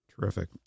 Terrific